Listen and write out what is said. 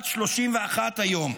בת 31 היום,